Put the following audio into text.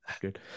good